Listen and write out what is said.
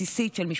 בסיסית של משפחות.